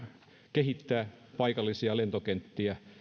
kehittää paikallisia lentokenttiä